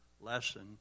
lesson